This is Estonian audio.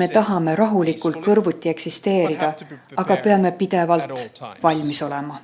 Me tahame rahulikult kõrvuti eksisteerida, aga peame pidevalt valmis olema.